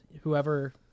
whoever